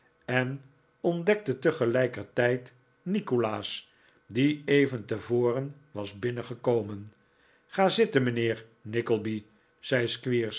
en ontdekte tegelijkertijd nikolaas die even tevoren was binnengekomen ga zitten mijnheer nickleby zei squeers